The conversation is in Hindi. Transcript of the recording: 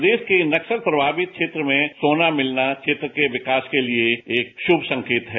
प्रदेश के नक्सल प्रभावित क्षेत्र में सोना मिलना क्षेत्र के विकास के लिए एक शुभ संकेत है